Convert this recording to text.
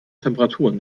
temperaturen